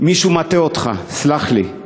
מישהו מטעה אותך, סלח לי.